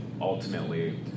ultimately